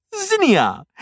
Zinnia